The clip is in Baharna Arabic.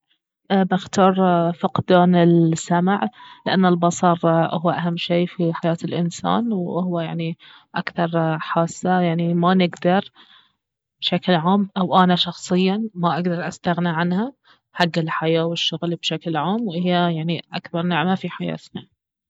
بختار فقدان السمع لانه البصر اهو اهم شي في حياة الانسان واهو يعني اكثر حاسة يعني ما نقدر بشكل عام او انا شخصيا ما اقدر استغنى عنها حق الحياة والشغل بشكل عام واهي يعني اكبر نعمة في حياتنا